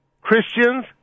Christians